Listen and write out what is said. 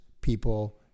people